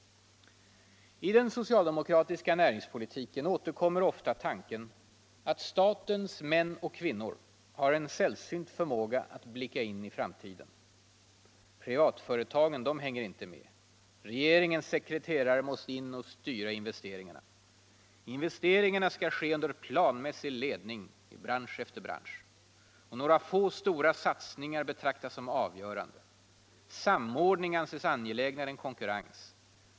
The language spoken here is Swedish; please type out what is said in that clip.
I den socialdemokratiska näringspolitiken återkommer ofta tanken att statens män och kvinnor har en sällsynt förmåga att blicka in i framtiden. Privatföretagen hänger inte med. Regeringens sekreterare måste in och styra investeringarna. Investeringarna skall ske under ”planmässig ledning” i bransch efter bransch. Några få stora satsningar betraktas som avgörande. ”Samordning” anses angelägnare än konkurrens.